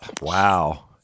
wow